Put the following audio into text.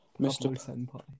Mr